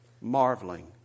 marveling